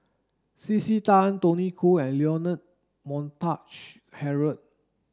C C Tan Tony Khoo and Leonard Montague Harrod